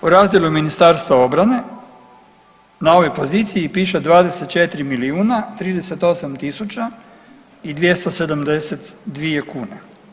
U razdjelu Ministarstva obrane na ovoj poziciji piše 24 milijuna 38 tisuća i 272 kune.